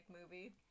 movie